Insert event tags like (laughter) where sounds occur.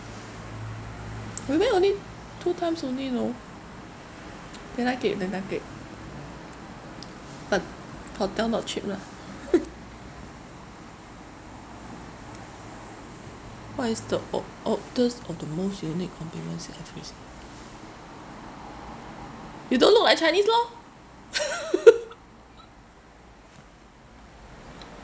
we went only two times only you know they like it they like it but hotel not cheap lah (laughs) what is the o~ oddest or the most unique compliments you have received you don't look like chinese lor (laughs)